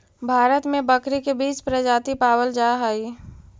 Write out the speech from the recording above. भारत में बकरी के बीस प्रजाति पावल जा हइ